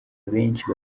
benshi